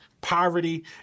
poverty